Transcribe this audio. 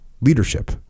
leadership